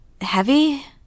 Heavy